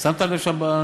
שמת לב לניואנס?